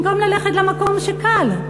במקום ללכת למקום שקל,